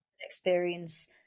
experience